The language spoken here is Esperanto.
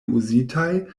uzitaj